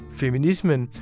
feminismen